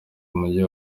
umujyi